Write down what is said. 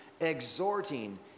exhorting